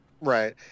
Right